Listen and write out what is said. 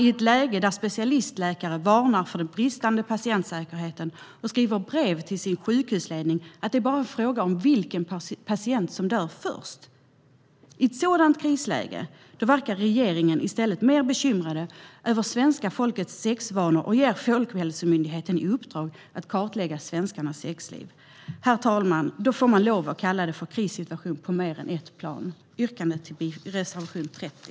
I ett krisläge där specialistläkare varnar för den bristande patientsäkerheten och skriver brev till sin sjukhusledning om att det bara är fråga om vilken patient som dör först verkar regeringen i stället mer bekymrad över svenska folkets sexvanor och ger Folkhälsomyndigheten i uppdrag att kartlägga svenskarnas sexliv. Då får man lov att kalla det för krissituation på mer än ett plan, herr talman. Jag yrkar bifall till reservation 30.